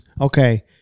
okay